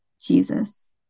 Jesus